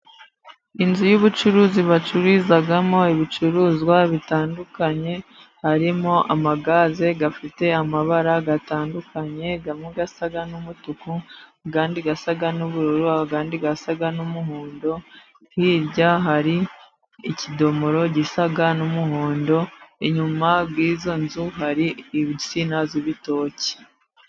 Inzu y'ubucuruzi bacururizamo ibicuruzwa bitandukanye harimo amagaze afite amabara atandukanye amwe asa n'umutuku, andi asa n'ubururu, andi asa n'umuhondo. Hirya hari ikidomoro gisa n'umuhondo inyuma y'izo nzu hari insina z'ibitoki.